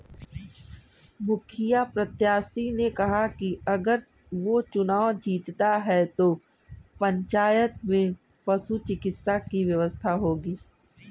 मुखिया प्रत्याशी ने कहा कि अगर वो चुनाव जीतता है तो पंचायत में पशु चिकित्सा की व्यवस्था होगी